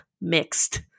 mixed